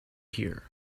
here